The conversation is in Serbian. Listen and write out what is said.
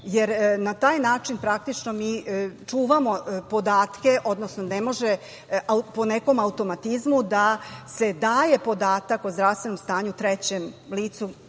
jer na taj način, praktično, mi čuvamo podatke, odnosno ne može po nekom automatizmu da se daje podatak o zdravstvenom stanju trećem licu,